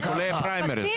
שיקולי פריימריז.